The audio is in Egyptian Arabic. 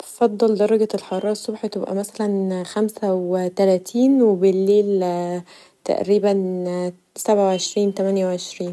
يفضل درجه حراره الصبح تبقي مثلا خمسه وتلاتين وبليل تقريبا سبعه و عشرين ، تمانيه وعشرين.